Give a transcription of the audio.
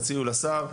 תציעו לשר.